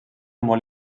molt